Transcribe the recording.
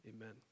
Amen